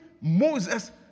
Moses